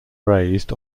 raised